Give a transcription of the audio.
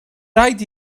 raid